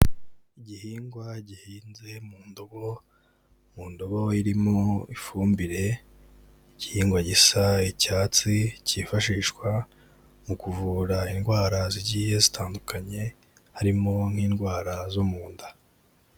Igihingwa gihinze mu ndobo, mu ndobo irimo ifumbire, igihingwa gisa icyatsi cyifashishwa mu kuvura indwara zigiye zitandukanye, harimo nk'indwara zo mu nda.